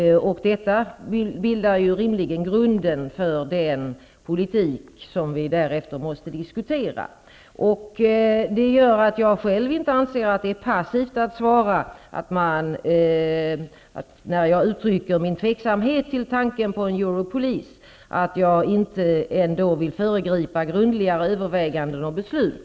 Det bildar rimligen grunden för den politik som vi därefter måste diskutera. Detta gör att jag inte anser att det är passivt när jag uttrycker min tveksamhet till tanken på en ''Europolis'' och inte vill föregripa grundliga överväganden och beslut.